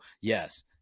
yes